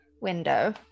window